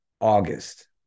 August